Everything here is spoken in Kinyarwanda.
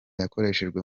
yakoreshejwe